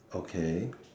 okay